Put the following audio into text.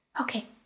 Okay